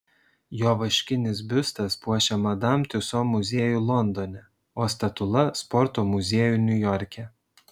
jo vaškinis biustas puošia madam tiuso muziejų londone o statula sporto muziejų niujorke